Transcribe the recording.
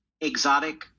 exotic